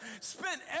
spent